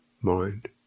mind